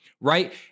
right